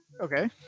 Okay